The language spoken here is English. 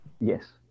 Yes